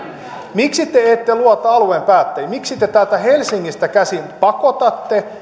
miksi te ette luota alueen päättäjiin miksi te täältä helsingistä käsin pakotatte